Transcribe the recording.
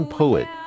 poet